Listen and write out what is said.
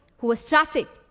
who was trafficked.